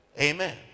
Amen